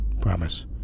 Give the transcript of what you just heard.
Promise